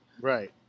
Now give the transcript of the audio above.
Right